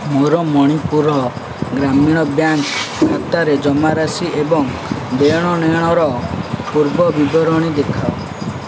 ମୋର ମଣିପୁର ଗ୍ରାମୀଣ ବ୍ୟାଙ୍କ୍ ଖାତାରେ ଜମାରାଶି ଏବଂ ଦେଣନେଣର ପୂର୍ବବିବରଣୀ ଦେଖାଅ